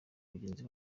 bagenzi